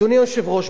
אדוני היושב-ראש,